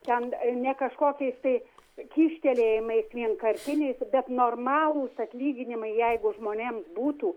ten ne kažkokiais tai kyštelėjimais vienkartiniais bet normalūs atlyginimai jeigu žmonėms būtų